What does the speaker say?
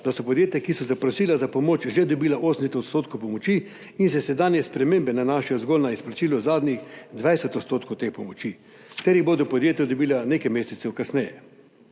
da so podjetja, ki so zaprosila za pomoč, že dobila 80 % pomoči in se sedanje spremembe nanašajo zgolj na izplačilo zadnjih 20 % te pomoči ter jih bodo podjetja dobila nekaj mesecev kasneje.